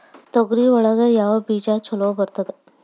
ತೊಗರಿ ಒಳಗ ಯಾವ ಬೇಜ ಛಲೋ ಬರ್ತದ?